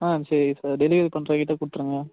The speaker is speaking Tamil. ஆ சரி சார் டெலிவரி பண்ணுறவர் கிட்ட கொடுத்துடுங்க